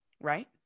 Right